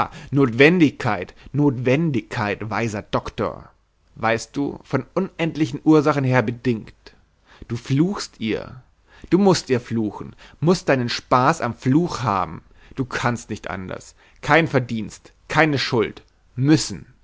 notwendigkeit notwendigkeit weiser doktor weißt du von unendlichen ursachen her bedingt du fluchst ihr du mußt ihr fluchen mußt deinen spaß am fluch haben du kannst nicht anders kein verdienst keine schuld müssen